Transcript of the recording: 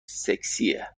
سکسیه